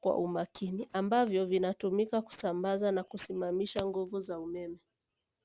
kwa umakini ambavyo vinatumika kusambaza na kusimamisha nguvu za umeme.